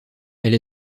elle